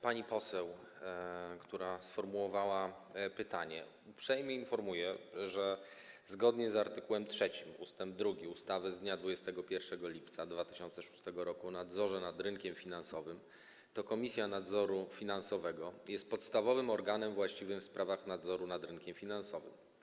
Panią poseł, która sformułowała pytanie, uprzejmie informuję, że zgodnie z art. 3 ust. 2 ustawy z dnia 21 lipca 2006 r. o nadzorze nad rynkiem finansowym to Komisja Nadzoru Finansowego jest podstawowym organem właściwym w sprawach nadzoru nad rynkiem finansowym.